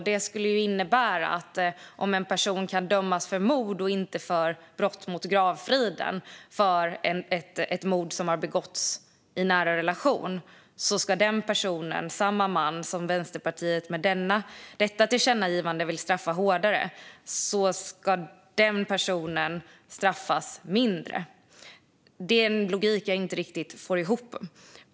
Det skulle innebära att om en person döms för mord och inte för brott mot gravfriden ska samma person, som Vänsterpartiet med detta tillkännagivande vill straffa hårdare, straffas mindre. Den logiken får jag inte riktigt ihop.